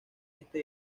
este